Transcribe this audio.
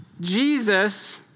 Jesus